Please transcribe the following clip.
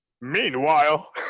meanwhile